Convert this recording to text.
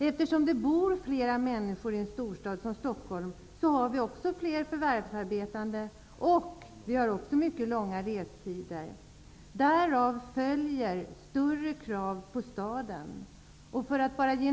Eftersom det bor fler människor i en storstad som Stockholm finns det också fler förvärsarbetande. Många av dessa har långa restider. Därav följer större krav på staden.